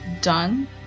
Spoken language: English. done